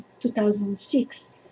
2006